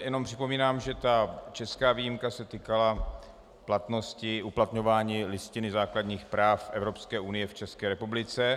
Jenom připomínám, že česká výjimka se týkala platnosti uplatňování Listiny základních práv Evropské unie v České republice.